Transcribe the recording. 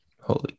holy